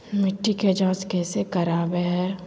मिट्टी के जांच कैसे करावय है?